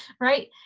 right